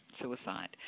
suicide